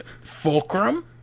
fulcrum